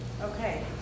Okay